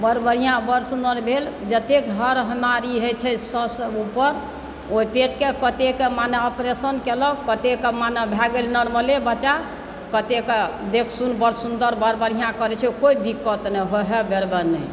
बड़ बढ़िआँ बड़ सुन्दर भेल जतेक हर बीमारी होइत छै सए सँ ऊपर ओहि पेटके कतेके माने ऑपरेशन कयलक कतेके माने भऽ गेल नॉर्मले बच्चा कतेक कऽ देख सुनि कतेक सुन्दर बड़ बढ़िआँ करैत छै कोई दिक्कत नहि कोई हर हर गर गर नहि